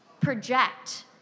project